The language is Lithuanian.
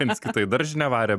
viens kitą į daržinę varė